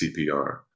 CPR